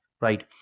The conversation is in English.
right